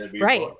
Right